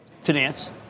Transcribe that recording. finance